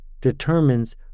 determines